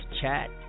chat